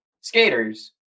skaters